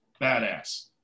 badass